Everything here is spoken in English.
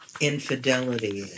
infidelity